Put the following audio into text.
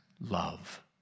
love